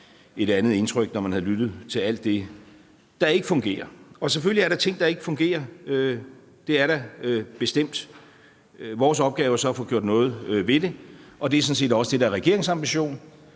et andet indtryk, når man havde lyttet til alt det, der ikke fungerer. Og selvfølgelig er der ting, der ikke fungerer. Det er der bestemt. Vores opgave er så at få gjort noget ved det, og det er sådan set også det, der er regeringens ambition.